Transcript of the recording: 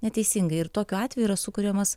neteisingai ir tokiu atveju yra sukuriamas